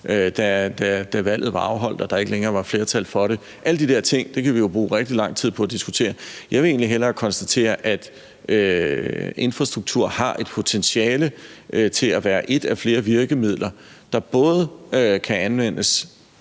da valget var afholdt og der ikke længere var flertal for det. Alle de der ting kan vi jo bruge rigtig lang tid på at diskutere. Jeg vil egentlig hellere konstatere, at infrastruktur har potentiale til at være et af flere virkemidler, der kan anvendes